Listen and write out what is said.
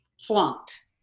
flunked